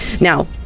Now